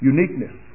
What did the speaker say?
Uniqueness